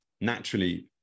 naturally